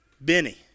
Benny